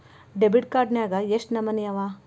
Debit card ನ್ಯಾಗ್ ಯೆಷ್ಟ್ ನಮನಿ ಅವ?